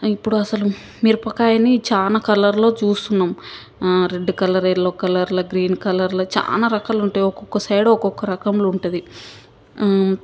ఇప్పుడసలు మిరపకాయని చాలా కలర్లో చూస్తున్నాం రెడ్ కలర్ ఎల్లో కలర్లో గ్రీన్ కలర్లో చాలా రకాలుంటయి ఒక్కొక్క సైడు ఒక్కొక్క రకంలో ఉంటుంది